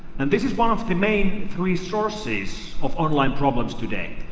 and this is one of the main three sources of online problems today.